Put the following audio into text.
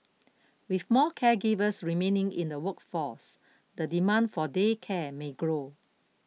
with more caregivers remaining in the workforce the demand for day care may grow